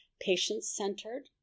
patient-centered